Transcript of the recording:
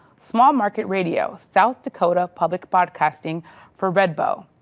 small market radio south dakota public broadcasting for red bow,